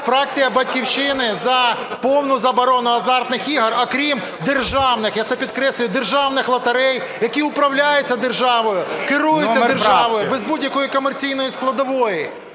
Фракція "Батьківщини" за повну заборону азартних ігор, окрім державних, я це підкреслюю, державних лотерей, які управляються державою, керуються державою, без будь-якої комерційної складової,